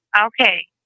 Okay